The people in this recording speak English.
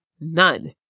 none